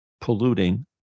polluting